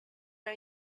are